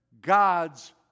God's